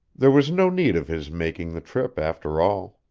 there was no need of his making the trip, after all.